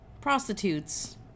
prostitutes